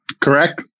Correct